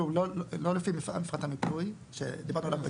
לא לפי מפרט המיפוי שדיברנו עליו.